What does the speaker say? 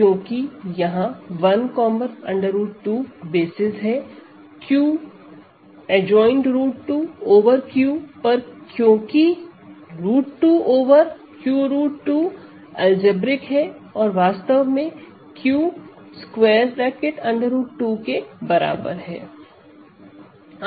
क्योंकि यहां 1 √ 2 आधार है Q√ 2 ओवर Q पर क्योंकि √ 2 ओवर Q√ 2 अलजेब्रिक है और वास्तव में Q√ 2 के बराबर है